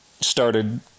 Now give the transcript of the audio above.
started